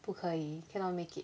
不可以 cannot make it